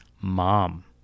mom